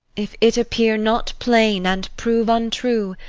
if it appear not plain, and prove untrue,